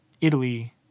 Italy